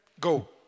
go